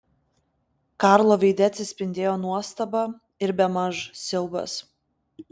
karlo veide atsispindėjo nuostaba ir bemaž siaubas